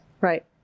Right